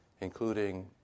including